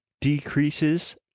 decreases